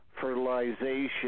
fertilization